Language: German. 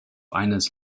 eines